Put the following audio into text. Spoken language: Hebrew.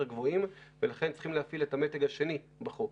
גבוהים ולכן צריך להפעיל את המתג השני בחוק,